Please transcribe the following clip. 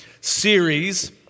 series